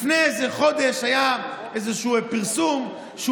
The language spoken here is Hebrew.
לפני איזה חודש היה איזשהו פרסום שהוא